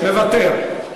מוותר.